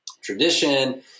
tradition